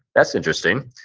that's interesting.